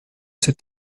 ses